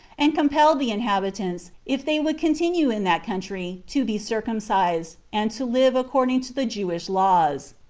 and compelled the inhabitants, if they would continue in that country, to be circumcised, and to live according to the jewish laws.